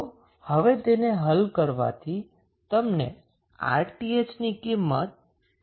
તો હવે તેને હલ કરવાથી તમને 𝑅𝑡ℎ ની કિંમત 11